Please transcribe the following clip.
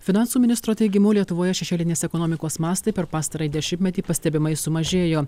finansų ministro teigimu lietuvoje šešėlinės ekonomikos mastai per pastarąjį dešimtmetį pastebimai sumažėjo